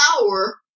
power